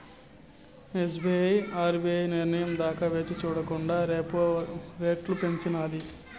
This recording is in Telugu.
ఎస్.బి.ఐ ఆర్బీఐ నిర్నయం దాకా వేచిచూడకండా రెపో రెట్లు పెంచినాది